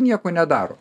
nieko nedaro